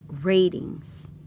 ratings